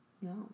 No